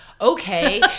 Okay